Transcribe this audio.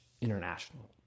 international